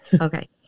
Okay